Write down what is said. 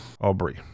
Aubrey